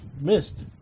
missed